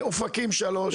אופקים 3,